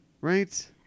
Right